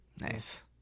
nice